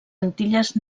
antilles